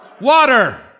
Water